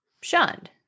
shunned